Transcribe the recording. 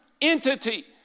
entity